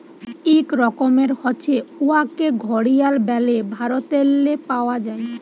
ইক রকমের হছে উয়াকে ঘড়িয়াল ব্যলে ভারতেল্লে পাউয়া যায়